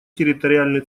территориальной